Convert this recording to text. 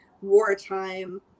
wartime